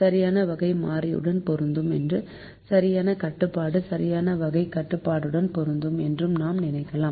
சரியான வகை மாறியுடன் பொருந்தும் என்றும் சரியான கட்டுப்பாடு சரியான வகை கட்டுப்பாட்டுடன் பொருந்தும் என்றும் நாம் நினைக்கலாம்